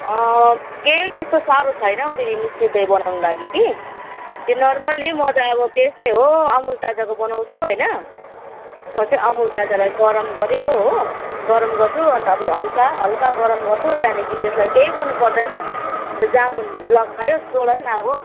केही त्यस्तो साह्रो छैन हौ दिदी मिष्टी दही बनाउनुको लागि कि त्यो नर्मल्ली म त अब बेच्ने हो अमुल ताजाको बनाउँछु होइन म चाहिँ अमुल ताजालाई गरम गऱ्यो हो गरम गर्छु अनि त अब हल्का हल्का गरम गर्छु त्यहाँदेखि त्यसलाई केही गर्नु पर्दैन अनि त जामुन लगायो जोडन अब